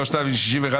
הצבעה לא אושרה.